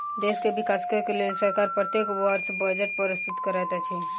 देश के विकासक लेल सरकार प्रत्येक वर्ष बजट प्रस्तुत करैत अछि